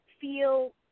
feel